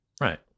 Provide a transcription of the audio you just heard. Right